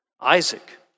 Isaac